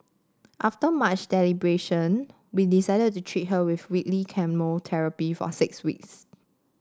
after much deliberation we decided to treat her with weekly chemotherapy for six weeks